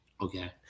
Okay